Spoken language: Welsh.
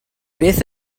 beth